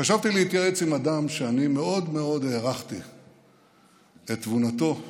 חשבתי להתייעץ עם אדם שאני מאוד מאוד הערכתי את תבונתו,